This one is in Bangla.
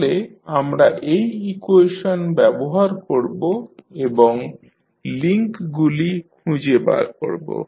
তাহলে আমরা এই ইকুয়েশন ব্যবহার করবো এবং লিংকগুলি খুঁজে বার করব